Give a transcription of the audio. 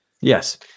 Yes